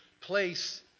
place